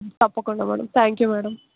తప్పకుండా madam thank you madam